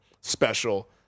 special